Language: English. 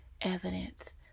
evidence